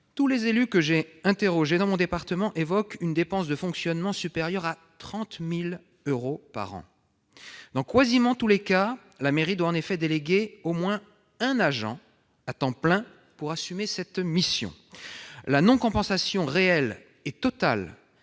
Tous les élus que j'ai interrogés dans mon département évoquent une dépense de fonctionnement supérieure à 30 000 euros par an. Dans pratiquement tous les cas, la mairie doit effectivement déléguer au moins un agent à temps plein pour assumer cette mission. La non-compensation, réelle et totale,